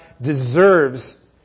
deserves